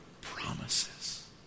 promises